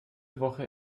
woche